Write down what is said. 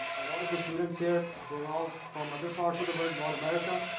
a lot of the students here, they're all from other parts of the world, not america.